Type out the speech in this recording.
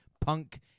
Punk